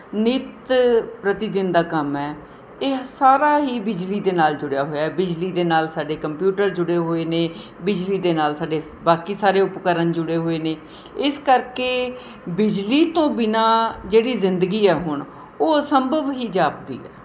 ਨਿਤ ਪ੍ਰਤੀ ਦਿਨ ਦਾ ਕੰਮ ਹੈ ਇਹ ਸਾਰਾ ਹੀ ਬਿਜਲੀ ਦੇ ਨਾਲ ਜੁੜਿਆ ਹੋਇਆ ਬਿਜਲੀ ਦੇ ਨਾਲ ਸਾਡੇ ਕੰਪਿਊਟਰ ਜੁੜੇ ਹੋਏ ਨੇ ਬਿਜਲੀ ਦੇ ਨਾਲ ਸਾਡੇ ਬਾਕੀ ਸਾਰੇ ਉਪਕਰਨ ਜੁੜੇ ਹੋਏ ਨੇ ਇਸ ਕਰਕੇ ਬਿਜਲੀ ਤੋਂ ਬਿਨਾਂ ਜਿਹੜੀ ਜ਼ਿੰਦਗੀ ਹੈ ਹੁਣ ਉਹ ਅਸੰਭਵ ਹੀ ਜਾਪਦੀ ਹੈ